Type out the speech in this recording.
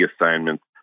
assignments